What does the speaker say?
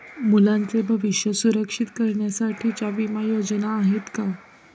मुलांचे भविष्य सुरक्षित करण्यासाठीच्या विमा योजना आहेत का?